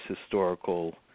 historical